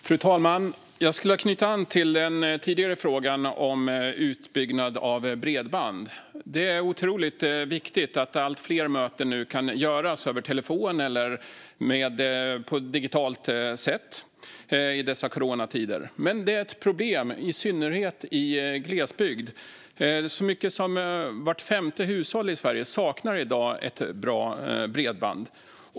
Fru talman! Jag skulle vilja knyta an till en tidigare fråga om utbyggnad av bredband. Det är otroligt viktigt att allt fler möten kan ske över telefon eller på digitalt sätt i dessa coronatider. Men det är ett problem, i synnerhet i glesbygd. Så många som vart femte hushåll i Sverige saknar i dag bra bredband.